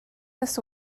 this